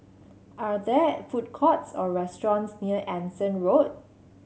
are there food courts or restaurants near Anson Road